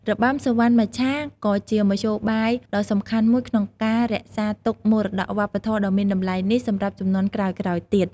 របាំសុវណ្ណមច្ឆាក៏ជាមធ្យោបាយដ៏សំខាន់មួយក្នុងការរក្សាទុកមរតកវប្បធម៌ដ៏មានតម្លៃនេះសម្រាប់ជំនាន់ក្រោយៗទៀត។